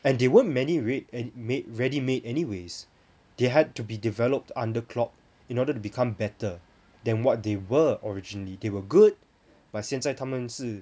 and they weren't many read~ and made ready made any ways they had to be developed under klopp in order to become better than what they were originally they were good but 现在他们是